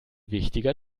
wichtiger